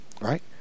right